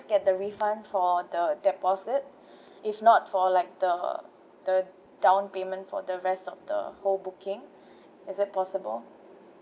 get the refund for the deposit if not for like the the down payment for the rest of the whole booking is it possible